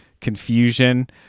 confusion